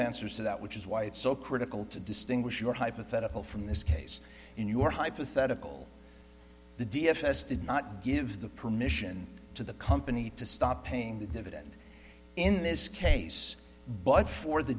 answers to that which is why it's so critical to distinguish your hypothetical from this case in your hypothetical the d f s did not give the permission to the company to stop paying the dividend in this case but for the